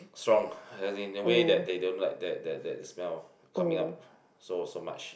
strong other thing the way that they don't like that that that smell coming out so so much